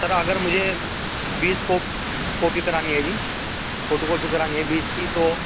سر اگر مجھے بیس کوپی کاپی کرانی ہے جی فوٹو کاپی کرانی ہے بیس کی تو